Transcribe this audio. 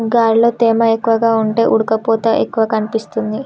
గాలిలో తేమ ఎక్కువగా ఉంటే ఉడుకపోత ఎక్కువనిపిస్తుంది